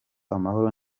amahoro